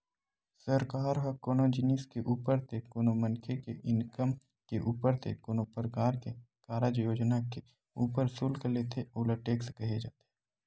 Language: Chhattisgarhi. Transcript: सरकार ह कोनो जिनिस के ऊपर ते कोनो मनखे के इनकम के ऊपर ते कोनो परकार के कारज योजना के ऊपर सुल्क लेथे ओला टेक्स केहे जाथे